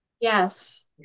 Yes